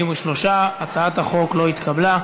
53. הצעת החוק לא התקבלה.